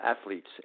athletes